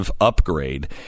upgrade